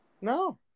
No